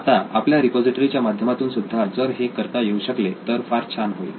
आता आपल्या रिपॉझिटरी च्या माध्यमातून सुद्धा जर हे करता येऊ शकले तर फार छान होईल